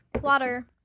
water